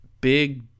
big